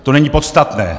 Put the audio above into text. To není podstatné!